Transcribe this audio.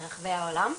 מרחבי העולם,